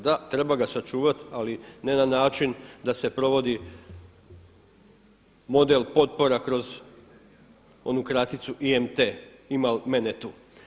Da, treba ga sačuvati ali ne na način da se provodi model potpora kroz onu kraticu IMT imal mene tu.